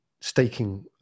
staking